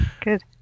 good